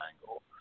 angle